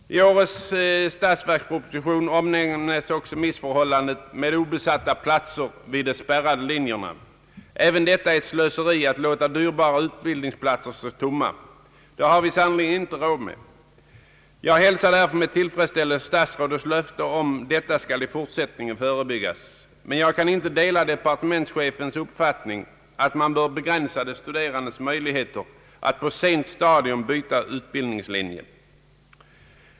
I årets statsverksproposition omnämnes också missförhållandet med obesatta platser vid de spärrade linjerna. Ati låta dyrbara utbildningsplatser stå tomma är ett slöseri som vi sannerligen inte har råd med. Jag hälsar därför med tillfredsställelse statsrådets löfte om att detta i fortsättningen skall förebyggas, men jag kan inte dela departementschefens uppfattning att man bör begränsa de studerandes möjlighe ter att på sent stadium byta utbildningslinje.